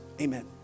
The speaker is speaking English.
Amen